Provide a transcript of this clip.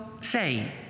say